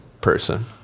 person